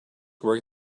work